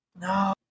No